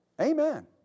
Amen